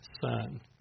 son